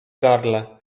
gardle